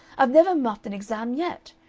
i've never muffed an exam yet.